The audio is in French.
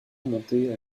montée